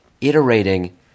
iterating